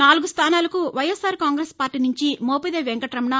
నాలుగు స్దానాలకు వైఎస్ఆర్ కాంగ్రెస్ పార్టీ నుంచి మోపిదేవి వెంకటరమణ